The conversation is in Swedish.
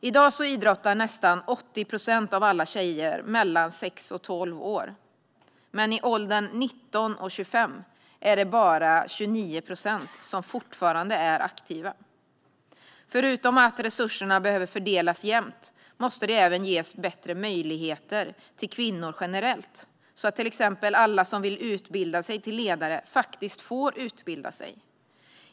I dag idrottar nästan 80 procent av alla tjejer mellan 6 och 12 år, men i åldern 19-25 är det bara 29 procent som fortfarande är aktiva. Förutom att resurserna behöver fördelas jämnt måste det även ges bättre möjligheter till kvinnor generellt, så att till exempel alla som vill utbilda sig till ledare faktiskt får utbilda sig.